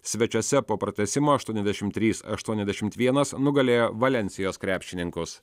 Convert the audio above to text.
svečiuose po pratęsimo aštuoniasdešimt trys aštuoniasdešimt vienas nugalėjo valensijos krepšininkus